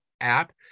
app